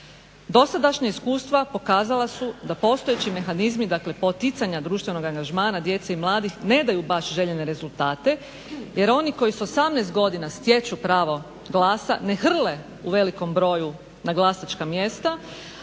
Dosadašnja iskustva pokazala su da postojeći mehanizmi, dakle poticanja društvenog angažmana djece i mladih ne daju baš željene rezultate, jer oni koji s 18 godina stječu pravo glasa ne hrle u velikom broju na glasačka mjesta,